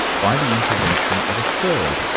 by the intervention of a third,